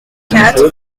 quatre